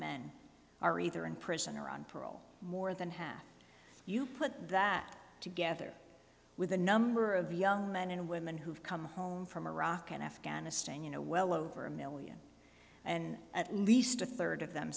men are either in prison or on parole more than half you put that together with a number of young men and women who've come home from iraq and afghanistan you know well over a million and at least a third of them